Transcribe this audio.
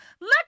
look